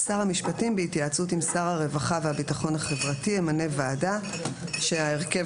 הערכה על ידי ועדת